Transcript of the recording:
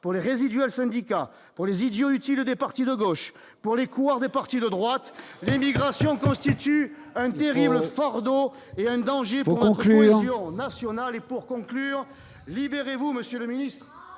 pour les résiduel syndicats pour les idiots utiles des partis de gauche pour les couloirs des partis de droite immigration constituent un dirigeant Fordo et un danger pour conclure en national et pour conclure, Libérez-vous Monsieur le Ministre,